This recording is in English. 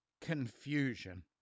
confusion